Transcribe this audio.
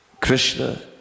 Krishna